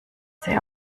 sie